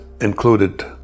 included